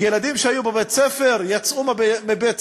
ילדים שהיו בבית-הספר, יצאו מבית-הספר,